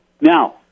Now